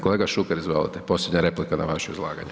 Kolega Šuker, izvolite, posljednja replika na vaše izlaganje.